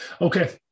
Okay